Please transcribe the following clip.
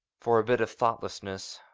for a bit of thoughtlessness,